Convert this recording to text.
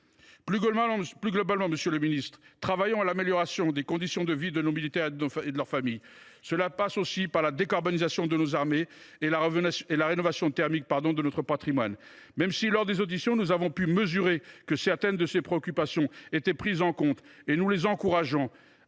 Plus globalement, monsieur le ministre, travaillons à l’amélioration des conditions de vie de nos militaires et de leurs familles. Cela passe aussi par la décarbonation de nos armées et la rénovation thermique de notre patrimoine, même si nous avons pu mesurer, lors des auditions, que certaines de ces préoccupations étaient prises en compte ; nous les encourageons